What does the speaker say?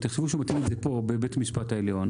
תחשבו שהוא מטעין את זה פה, בבית המשפט העליון,